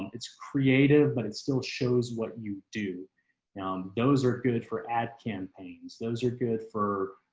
it's creative, but it still shows what you do. now those are good for ad campaigns. those are good for